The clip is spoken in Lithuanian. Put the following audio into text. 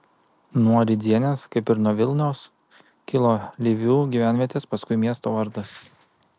nuo rydzenės kaip ir nuo vilnios kilo lyvių gyvenvietės paskui miesto vardas